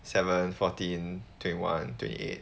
seven fourteen twenty one twenty eight